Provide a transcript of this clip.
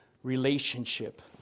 relationship